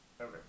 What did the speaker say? Okay